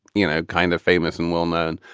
you know, kind of famous and well-known.